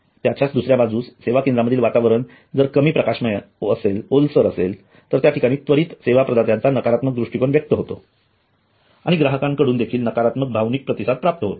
याच्याच दुसऱ्या बाजूस सेवा केंद्रांमधील वातावरण जर कमी प्रकाशमय असेल ओलसर असेल तर त्या ठिकाणी त्वरीत सेवा प्रदात्याचा नकारात्मक दृष्टिकोन व्यक्त होतो आणि ग्राहकांना कडून देखील नकारात्मक भावनिक प्रतिसाद प्राप्त होतो